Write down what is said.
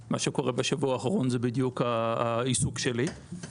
שמה שקורה בשבוע האחרון זה בדיוק העיסוק שלי.